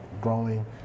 growing